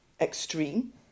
extreme